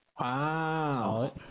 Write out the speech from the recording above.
Wow